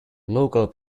local